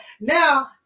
Now